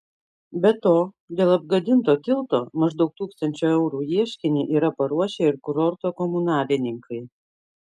be to dėl apgadinto tilto maždaug tūkstančio eurų ieškinį yra paruošę ir kurorto komunalininkai